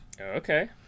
Okay